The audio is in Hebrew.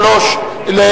מי נגד?